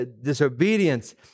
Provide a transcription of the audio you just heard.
disobedience